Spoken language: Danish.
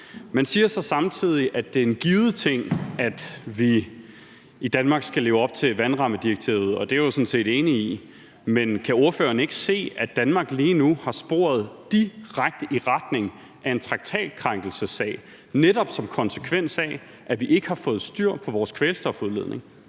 Man siger så samtidig, at det er en givet ting, at vi i Danmark skal leve op til vandrammedirektivet, og det er jeg jo sådan set enig i, men kan ordføreren ikke se, at Danmark lige nu har sporet direkte i retning af en traktatkrænkelsessag netop som konsekvens af, at vi ikke har fået styr på vores kvælstofudledning?